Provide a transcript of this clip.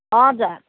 हजुर